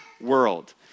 world